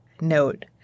note